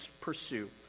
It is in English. pursue